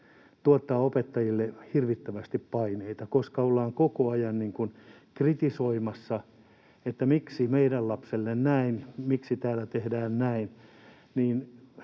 tuottaa opettajille hirvittävästi paineita, koska ollaan koko ajan kritisoimassa, että miksi meidän lapselle näin, miksi täällä tehdään näin.